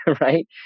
right